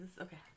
Okay